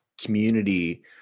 community